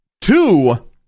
two